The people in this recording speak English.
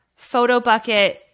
Photobucket